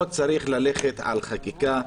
פה צריך ללכת על חקיקה,